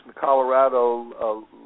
Colorado